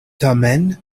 tamen